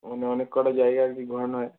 মানে অনেক কটা জায়গা আর কী ঘোরানো হয়